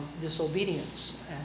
disobedience